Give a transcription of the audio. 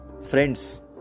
friends